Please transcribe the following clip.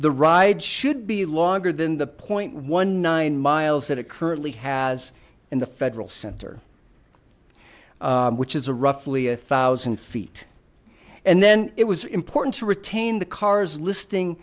the ride should be longer than the point one nine miles that it currently has in the federal center which is a roughly a thousand feet and then it was important to retain the cars listing